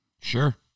Sure